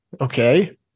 okay